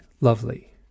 lovely